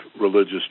religious